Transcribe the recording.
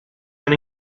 han